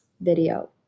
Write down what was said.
video